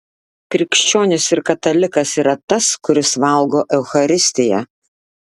krikščionis ir katalikas yra tas kuris valgo eucharistiją